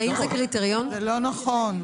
זה לא נכון.